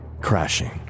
crashing